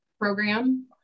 program